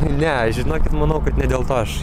ne žinokit manau kad ne dėl to aš